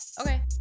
Okay